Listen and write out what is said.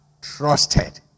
trusted